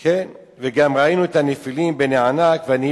ושם ראינו את הנפילים בני ענק מן הנפילים,